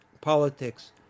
politics